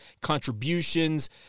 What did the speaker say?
contributions